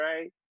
right